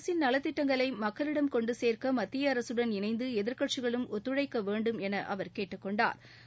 அரசின் நலத்திட்டங்களை மக்களிடம் கொண்டு சேர்க்க மத்திய அரசுடன் இணைந்து எதிர்கட்சிகளும் ஒத்துழைக்க வேண்டும் எனக் கேட்டுக்கொண்டாா்